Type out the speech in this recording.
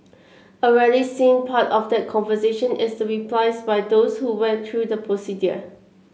a rarely seen part of that conversation is the replies by those who went through the procedure